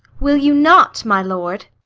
will you not, my lord?